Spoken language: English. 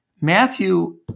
Matthew